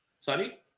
Sorry